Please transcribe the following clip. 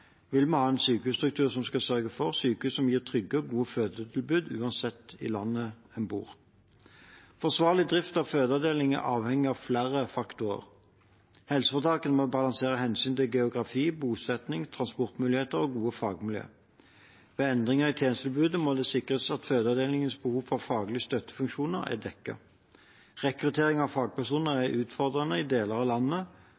vil vi ha en sykehusstruktur som skal sørge for sykehus som gir trygge og gode fødetilbud uansett hvor en bor i landet. Forsvarlig drift av fødeavdelinger er avhengig av flere faktorer. Helseforetakene må balansere hensyn til geografi, bosetting, transportmuligheter og gode fagmiljøer. Ved endringer i tjenestetilbudet må det sikres at fødeavdelingens behov for faglige støttefunksjoner er dekket. Rekruttering av fagpersoner